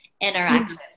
interaction